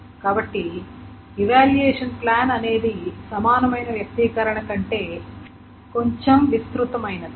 కాబట్టి evaluation plan అనేది సమానమైన వ్యక్తీకరణ కంటే కొంచెం విస్తృతమైనది